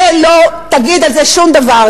לא תגיד על זה שום דבר.